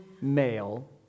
male